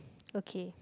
okay